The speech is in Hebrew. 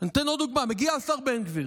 אני אתן עוד דוגמה: מגיע השר בן גביר